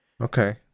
Okay